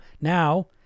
now